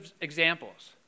examples